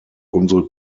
unsere